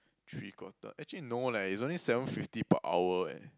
three quarter actually no leh it's only seven fifty per hour eh